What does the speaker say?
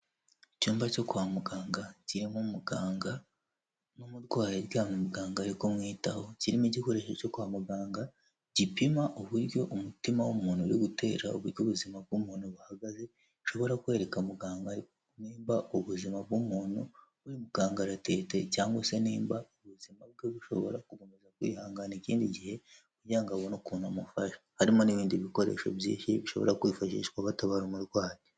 Icyumba cyo kwa muganga kirimo umuganga n'umurwayi uryamye umuganga ari kumwitaho kirimo igikoresho cyo kwa muganga gipima uburyo umutima w'umuntu uri gutera, uburyo ubuzima bw'umuntu buhagaze gishobora kwereka muganga nimba ubuzima bw'umuntu buri mu kangaratete cyangwa se nimba ubuzima bwe bushobora gukomeza kwihangana ikindi gihe kugirango abone ukuntu amufasha harimo n'ibindi bikoresho byinshi bishobora kwifashishwa batabara umurwayi.